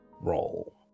roll